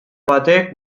batek